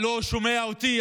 לא שומע אותי,